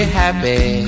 happy